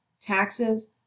taxes